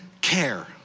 care